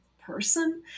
person